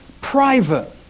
private